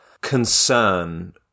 concern